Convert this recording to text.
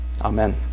Amen